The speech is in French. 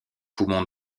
poumon